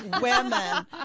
women